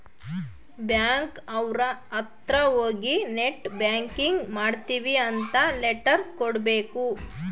bank ಅವ್ರ ಅತ್ರ ಹೋಗಿ ನೆಟ್ ಬ್ಯಾಂಕಿಂಗ್ ಮಾಡ್ತೀವಿ ಅಂತ ಲೆಟರ್ ಕೊಡ್ಬೇಕು